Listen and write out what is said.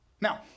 Now